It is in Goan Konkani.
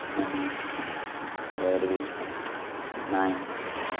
मनी वरवीं नायन